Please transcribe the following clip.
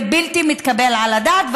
זה בלתי מתקבל על הדעת.